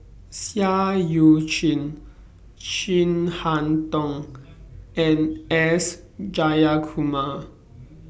Seah EU Chin Chin Harn Tong and S Jayakumar